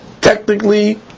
Technically